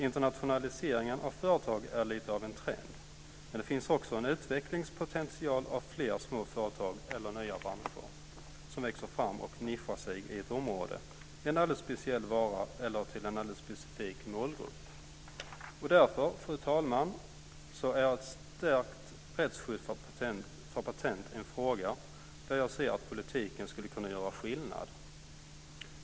Internationaliseringen av företag är lite av en trend, men det finns också en utvecklingspotential av flera småföretag eller nya branscher som växer fram och nischas inom ett område - till en alldeles speciell vara eller en alldeles specifik målgrupp. Fru talman! Därför är ett stärkt rättsskydd för patent en fråga där jag ser att politiken skulle kunna göra en skillnad.